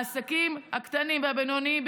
העסקים הקטנים והבינוניים,